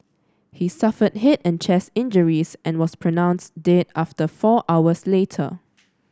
he suffered head and chest injuries and was pronounced dead after four hours later